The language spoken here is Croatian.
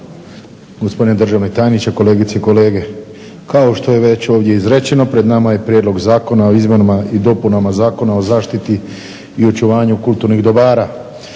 Hvala